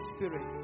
Spirit